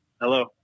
Hello